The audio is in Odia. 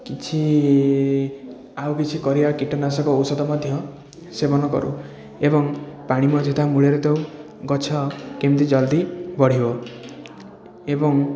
କିଛି ଆଉ କିଛି କରିବା କୀଟନାଶକ ଔଷଧ ମଧ୍ୟ ସେବନ କରୁ ଏବଂ ପାଣି ମଧ୍ୟ ତା ମୂଳରେ ଦେଉ ଏବଂ ଗଛ କେମିତି ଜଲଦି ବଢ଼ିବ ଏବଂ